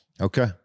okay